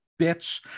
bitch